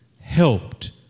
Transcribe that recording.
helped